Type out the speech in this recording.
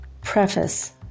Preface